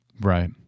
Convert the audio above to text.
right